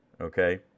Okay